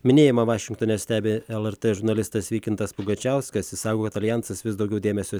minėjimą vašingtone stebi lrt žurnalistas vykintas pugačiauskas jis sako kad aljansas vis daugiau dėmesio